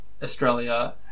Australia